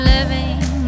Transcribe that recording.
Living